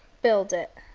build it.